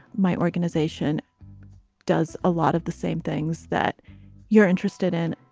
my organization does a lot of the same things that you're interested in.